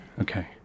Okay